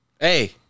Hey